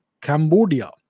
Cambodia